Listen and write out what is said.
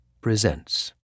presents